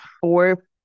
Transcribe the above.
four